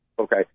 okay